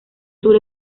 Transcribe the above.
sur